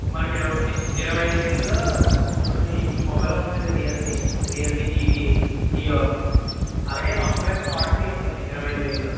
ఇప్పుడు మనకి ఇర ఇరవై ఐదు వేలలో ఇదిగోండి ఈ మొబైల్ ఉందండి రియల్మీ రియల్మీ జీటి నియో అలాగే ఒన్ప్లస్ నార్డ్ త్రీ ఉందండి ఇరవై ఐదు వేలలో